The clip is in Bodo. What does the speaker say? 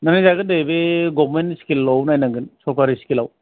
नायनायजागोन दे बे गबमेन्ट स्खिलयाव नायनांगोन सरखारि स्खिलाव